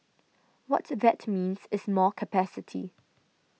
what that means is more capacity